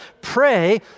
Pray